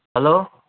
hello